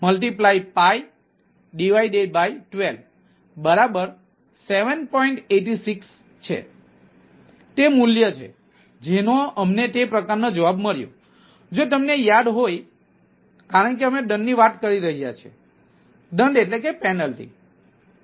તેથી તે મૂલ્ય છે જેનો અમને તે પ્રકારનો જવાબ મળ્યો જો તમને યાદ હોય કારણ કે અમે દંડની વાત કરી રહ્યા છીએ દંડ એટલે કે પેનલ્ટી 0Ddt